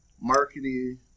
marketing